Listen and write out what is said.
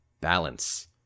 balance